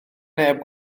neb